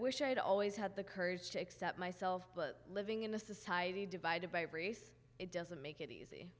wish i had always had the courage to accept myself living in a society divided by race it doesn't make it easy